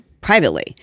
privately